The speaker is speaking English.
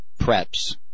preps